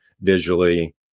visually